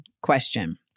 question